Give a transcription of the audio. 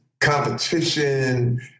competition